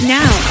now